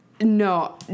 no